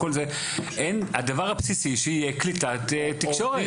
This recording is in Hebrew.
הדבר הבסיסי שיהיה קליטת תקשורת.